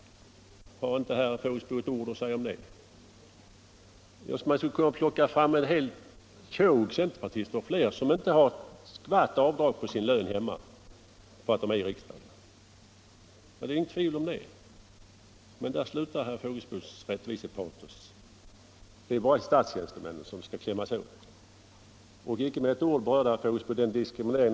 Har inte herr Fågelsbo ett ord att säga om det? Jag skulle kunna plocka fram minst ett tjog — eller fler — centerpartister som inte har det minsta avdrag på sin lön medan de är i riksdagen. Men där slutar herr Fågelsbos rättvisekrav. Det är bara statstjänstemännen som skall klämmas åt. Icke med ett ord berörde herr Fågelsbo denna diskriminering.